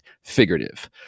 figurative